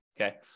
Okay